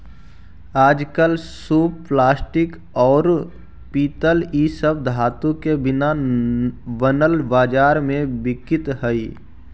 आजकल सूप प्लास्टिक, औउर पीतल इ सब धातु के भी बनल बाजार में बिकित हई